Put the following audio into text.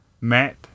Matt